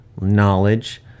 knowledge